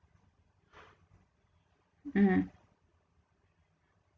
mm